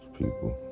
people